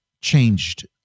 changed